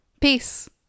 Peace